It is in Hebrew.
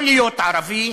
יכול להיות ערבי,